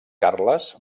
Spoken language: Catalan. carles